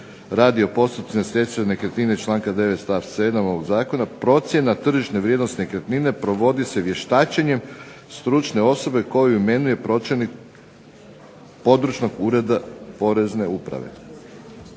radi o …/Ne razumije se./… nekretnine iz članka 9. stavka 7. ovog zakona, procjena tržišne vrijednosti nekretnine provodi se vještačenjem stručne osobe koju imenuje pročelnik područnog ureda porezne uprave.